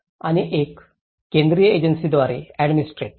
आणि एका केंद्रीय एजन्सीद्वारे ऍडमिनिस्ट्रेट